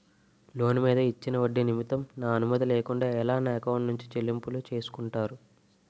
Loan మీద ఇచ్చిన ఒడ్డి నిమిత్తం నా అనుమతి లేకుండా ఎలా నా ఎకౌంట్ నుంచి చెల్లింపు చేసుకుంటారు?